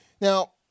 Now